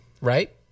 right